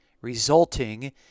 resulting